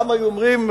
פעם היו אומרים,